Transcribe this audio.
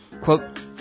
Quote